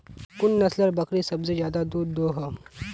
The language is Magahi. कुन नसलेर बकरी सबसे ज्यादा दूध दो हो?